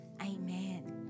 amen